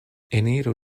eniru